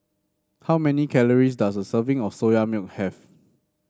how many calories does a serving of Soya Milk have